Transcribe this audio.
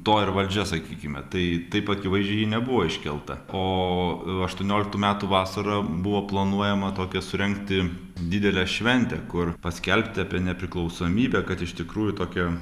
to ir valdžia sakykime tai taip akivaizdžiai ji nebuvo iškelta o aštuonioliktų metų vasarą buvo planuojama tokią surengti didelę šventę kur paskelbti apie nepriklausomybę kad iš tikrųjų tokia